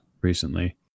recently